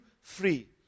free